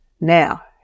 Now